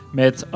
met